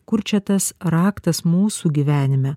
kur čia tas raktas mūsų gyvenime